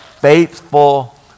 faithful